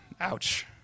Ouch